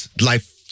Life